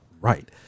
Right